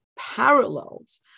Parallels